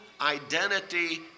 identity